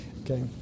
Okay